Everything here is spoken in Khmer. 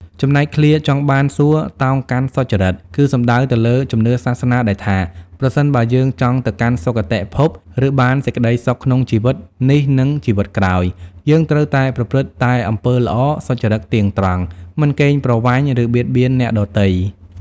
ចំណែកឃ្លា ចង់បានសួគ៌ តោងកាន់សុចរិត គឺសំដៅទៅលើជំនឿសាសនាដែលថា ប្រសិនបើយើងចង់ទៅកាន់សុគតិភព ឬបានសេចក្តីសុខក្នុងជីវិតនេះនិងជីវិតក្រោយ យើងត្រូវតែប្រព្រឹត្តតែអំពើល្អ សុចរិតទៀងត្រង់ មិនកេងប្រវ័ញ្ច ឬបៀតបៀនអ្នកដទៃ។